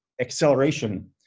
acceleration